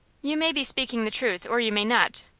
you may be speaking the truth, or you may not.